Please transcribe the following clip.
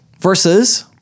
Versus